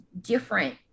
different